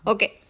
Okay